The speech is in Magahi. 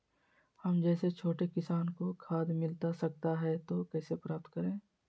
हम जैसे छोटे किसान को खाद मिलता सकता है तो कैसे प्राप्त करें?